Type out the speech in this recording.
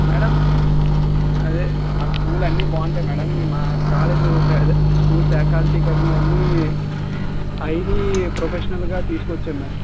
madam అదే మా school అన్ని బాగుంటాయి మేడం మా కాలేజీ అదే స్కూల్ ఫ్యాకల్టీ కానీ అన్ని హైలీ ప్రొఫెషనల్గా తీసుకొచ్చాం మేడం